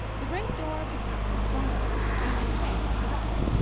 the great door of the castle swung open, revealing keggs, the butler.